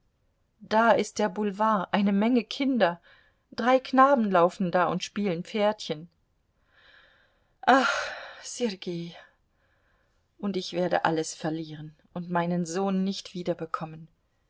da ist der boulevard eine menge kinder drei knaben laufen da und spielen pferdchen ach sergei und ich werde alles verlieren und meinen sohn nicht